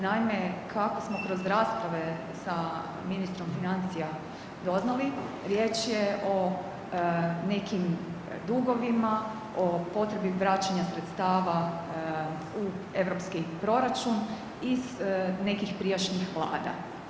Naime, kako smo kroz rasprave sa ministrom financija doznali, riječ je o nekim dugovima, o potrebi vraćanja sredstava u EU proračun iz nekih prijašnjih Vlada.